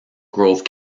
grove